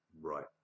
Right